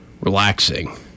relaxing